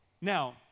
Now